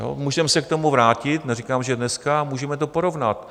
Ano, můžeme se k tomu vrátit, neříkám, že dneska, a můžeme to porovnat.